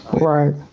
Right